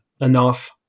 enough